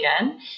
again